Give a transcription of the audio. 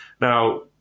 Now